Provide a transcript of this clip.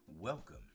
Welcome